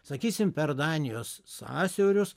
sakysim per danijos sąsiaurius